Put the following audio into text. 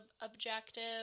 objective